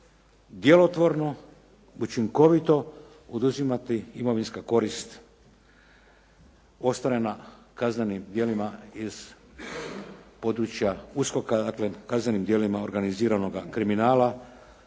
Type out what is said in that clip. djelotvorno, učinkovito oduzimati imovinska korist ostvarena kaznenim djelima iz područja USKOK-a dakle kaznenim djelima organiziranoga kriminala,